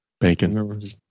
Bacon